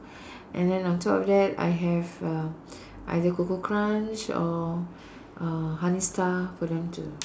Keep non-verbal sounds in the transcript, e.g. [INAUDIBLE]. [BREATH] and then on top of that I have uh either Koko-Krunch or uh honey star for them to